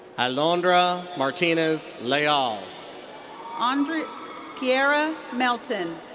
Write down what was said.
alondra martinez-leal. like um audrey kiera melton.